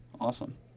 Awesome